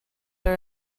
are